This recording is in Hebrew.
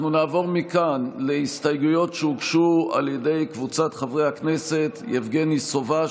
אנחנו נעבור מכאן להסתייגויות שהגישו קבוצת חברי הכנסת יבגני סובה,